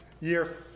year